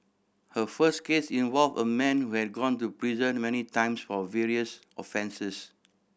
her first case involve a man who had gone to prison many times for various offences